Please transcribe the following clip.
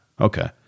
Okay